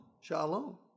shalom